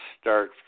start